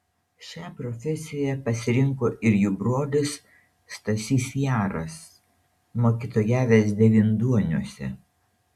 šią profesiją pasirinko ir jų brolis stasys jaras mokytojavęs devynduoniuose